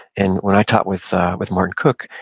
and when i taught with with martin cook,